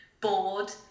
bored